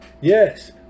Yes